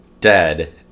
dead